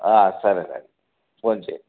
సరే రండి ఫోన్ చెయ్యండి